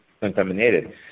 contaminated